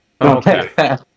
Okay